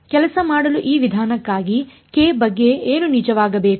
ಕೆಲಸ ಮಾಡಲು ಈ ವಿಧಾನಕ್ಕಾಗಿ ಕೆ ಬಗ್ಗೆ ಏನು ನಿಜವಾಗಬೇಕು